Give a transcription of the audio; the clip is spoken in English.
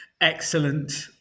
Excellent